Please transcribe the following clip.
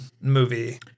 movie